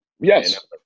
Yes